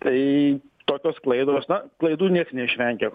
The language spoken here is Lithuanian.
tai tokios klaidos na klaidų nieks neišvengia